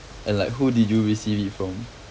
and like who did you receive it from